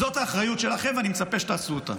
זאת האחריות שלכם, ואני מצפה שתעשו אותה.